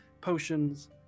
potions